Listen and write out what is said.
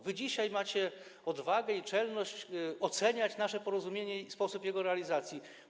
Wy dzisiaj macie odwagę i czelność oceniać nasze porozumienie i sposób jego realizacji?